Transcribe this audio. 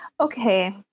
okay